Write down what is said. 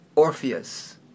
Orpheus